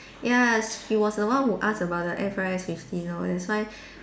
ya she was the one who ask about F_R_S fifteen lor that's why